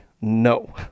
No